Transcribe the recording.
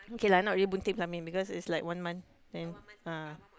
K lah not really bunting pelamin because is like one month then ah